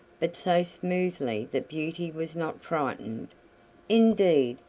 but so smoothly that beauty was not frightened indeed,